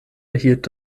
erhielt